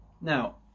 Now